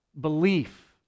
belief